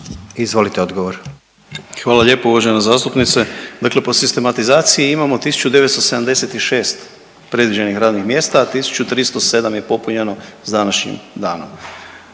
Andrija (HDZ)** Hvala lijepo uvažena zastupnice. Dakle po sistematizaciji imamo 1976 predviđenih radnih mjesta, a 1307 je popunjeno s današnjim danom.